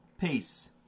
peace